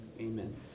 amen